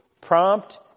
prompt